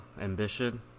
ambition